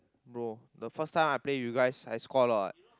bro the first time I played with you guys I scored a lot what